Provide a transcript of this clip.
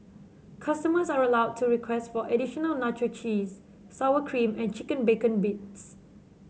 customers are allowed to request for additional nacho cheese sour cream and chicken bacon bits